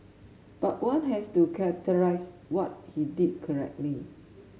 but one has to characterise what he did correctly